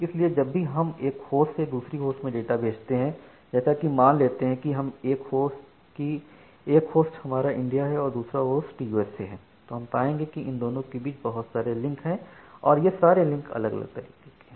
इसलिए जब भी हम एक होस्ट से दूसरी को डाटा भेजते हैं जैसे कि मान लेते हैं कि एक होस्ट हमारा इंडिया है और दूसरा होस्ट यूएसए है तो हम पाएंगे कि इन दोनों के बीच बहुत सारे लिंक हैं और यह सारे लिंक अलग अलग तरीके के हैं